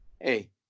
Hey